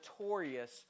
notorious